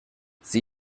sie